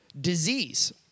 disease